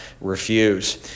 refuse